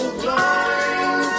blind